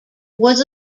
was